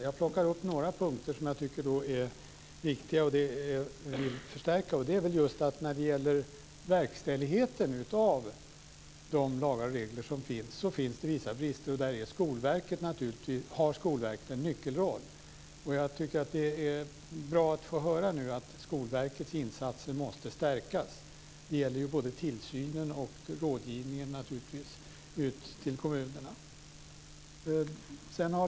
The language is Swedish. Jag plockar upp några punkter som jag tycker är viktiga och vill förstärka. Det finns vissa brister i verkställigheten av lagar och regler, och i det sammanhanget har naturligtvis Skolverket en nyckelroll. Jag tycker att det nu är bra att få höra att Skolverkets insatser måste stärkas. Det gäller naturligtvis beträffande både tillsynen och rådgivningen till kommunerna.